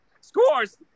Scores